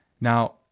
now